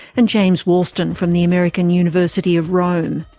and james walston from the american university of rome.